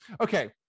Okay